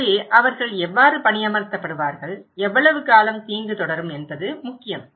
எனவே அவர்கள் எவ்வாறு பணியமர்த்தப்படுவார்கள் எவ்வளவு காலம் தீங்கு தொடரும் என்பது முக்கியம்